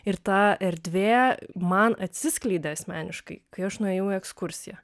ir ta erdvė man atsiskleidė asmeniškai kai aš nuėjau į ekskursiją